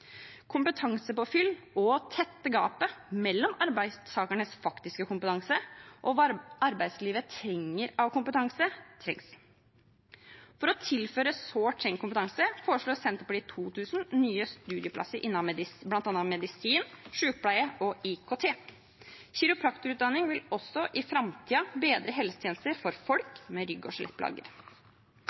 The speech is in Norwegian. og å tette gapet mellom arbeidstakernes faktiske kompetanse og hva arbeidslivet trenger av kompetanse, trengs. For å tilføre sårt tiltrengt kompetanse foreslår Senterpartiet 2 000 nye studieplasser innen bl.a. medisin, sykepleie og IKT. Kiropraktorutdanning vil også i framtiden gi bedre helsetjenester for folk med rygg- og